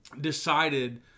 decided